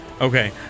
Okay